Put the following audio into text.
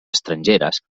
estrangeres